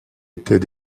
était